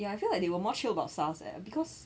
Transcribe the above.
ya I feel like they were more chill about SARS leh because